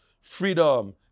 freedom